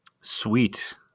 sweet